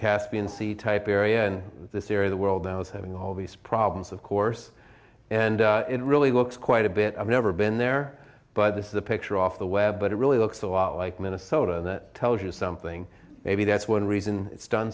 caspian sea type area and this area the world now is having all these problems of course and it will really looks quite a bit i've never been there but this is a picture off the web but it really looks a lot like minnesota and that tells you something maybe that's one reason it's done